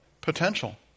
potential